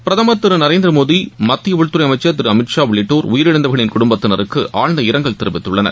பிரதமர் திரு நரேந்திர மோதி மத்திய உள்துறை அமைச்சர் திரு அமித் ஷா உள்ளிட்டோர் உயிரிழந்தவர்களின் குடும்பத்தினருக்கு ஆழ்ந்த இரங்கல் தெரிவித்துள்ளனர்